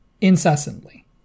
Incessantly